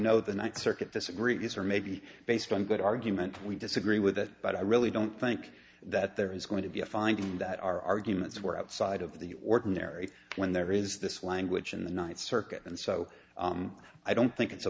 know the ninth circuit disagrees or maybe based on good argument we disagree with that but i really don't think that there is going to be a finding that our arguments were outside of the ordinary when there is this wind which in the ninth circuit and so i don't think it's a